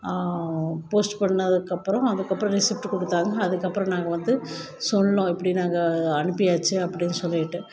post பண்ணதுக்கப்புறம் அதுக்கப்புறம் receipt கொடுத்தாங்க அதுக்கப்புறம் நாங்கள் வந்து சொன்னோம் இப்படி நாங்கள் அனுப்பியாச்சு அப்படின்னு சொல்லிவிட்டு